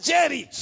Jerry